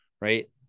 right